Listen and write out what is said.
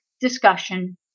discussion